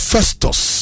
Festus